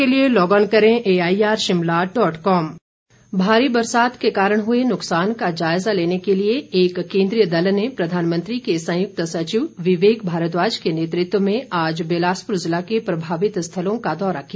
केन्द्रीय टीम भारी बरसात के कारण हुए नुकसान का जायजा लेने के लिए एक केन्द्रीय दल ने प्रधानमंत्री के संयुक्त सचिव विवेक भारद्वाज के नेतृत्व में आज बिलासपुर जिला के प्रभावित स्थलों का दौरा किया